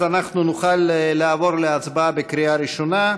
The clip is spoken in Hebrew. אז אנחנו נוכל לעבור להצבעה בקריאה ראשונה.